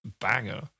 banger